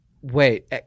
Wait